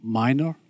minor